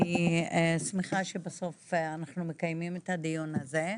אני שמחה שבסוף אנחנו מקיימים את הדיון הזה.